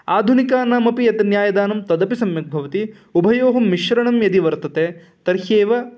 आधुनिकानामपि यद् न्यायदानं तदपि सम्यक् भवति उभयोः मिश्रणं यदि वर्तते तर्ह्येव